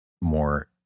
more